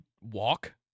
walk